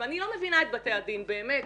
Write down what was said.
ואני לא מבינה את בתי הדין באמת.